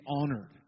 honored